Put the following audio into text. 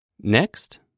Next